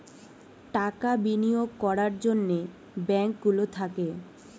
টাকা বিনিয়োগ করার জন্যে ব্যাঙ্ক গুলো থাকে